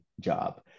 job